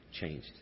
changed